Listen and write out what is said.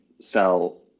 sell